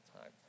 time